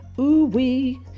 ooh-wee